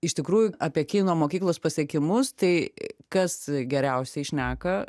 iš tikrųjų apie kino mokyklos pasiekimus tai kas geriausiai šneka